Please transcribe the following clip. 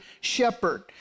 shepherd